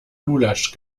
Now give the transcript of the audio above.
lulatsch